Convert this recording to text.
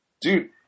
Dude